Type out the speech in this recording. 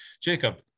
Jacob